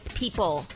people